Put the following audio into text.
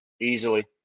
Easily